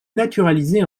naturalisée